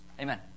Amen